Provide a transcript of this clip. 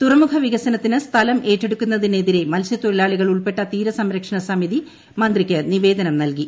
തുറമുഖ വികസനത്തിന് സ്ഥലം ഏറ്റെടുക്കുന്നതിനെതിരെ മത്സ്യത്തൊഴിലാളികൾ ഉൾപ്പെട്ട തീരസംരക്ഷണ സമിതി മന്ത്രിക്ക് നിവേദനം നൽകി